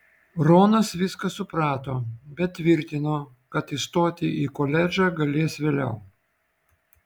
ronas viską suprato bet tvirtino kad įstoti į koledžą galės vėliau